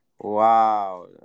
wow